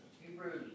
Hebrews